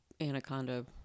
anaconda